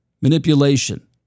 manipulation